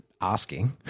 asking